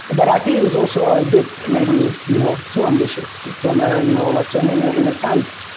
but i think it was also a bit maybe you know too ambitious from ah you know like so and in ah in a sense,